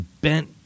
bent